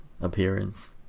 appearance